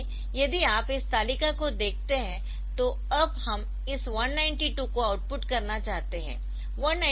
इसलिए यदि आप इस तालिका को देखते है तो अब हम इस 192 को आउटपुट करना चाहते है